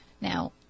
Now